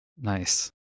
Nice